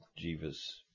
Jiva's